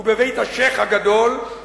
הוא בבית השיח' הגדול,